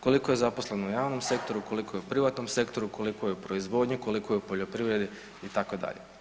Koliko je zaposleno u javnom sektoru, koliko je u privatnom sektoru, koliko je u proizvodnji, koliko je u poljoprivredi itd.